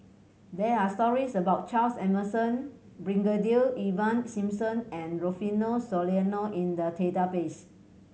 there are stories about Charles Emmerson Brigadier Ivan Simson and Rufino Soliano in the database